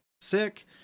sick